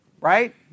Right